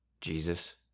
Jesus